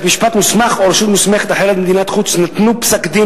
בית-משפט מוסמך או רשות מוסמכת אחרת במדינת חוץ נתנו פסק-דין